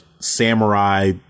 samurai